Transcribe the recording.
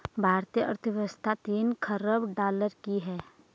भारतीय अर्थव्यवस्था तीन ख़रब डॉलर की है